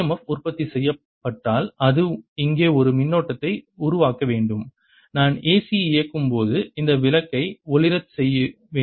F உற்பத்தி செய்யப்பட்டால் அது இங்கே ஒரு மின்னோட்டத்தை உருவாக்க வேண்டும் நான் AC இயக்கும்போது இந்த விளக்கை ஒளிரச் செய்ய வேண்டும்